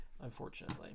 unfortunately